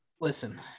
Listen